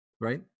right